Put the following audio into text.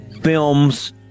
films